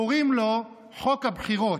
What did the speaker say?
קוראים לו חוק הבחירות.